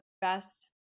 best